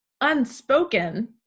unspoken